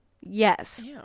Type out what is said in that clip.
yes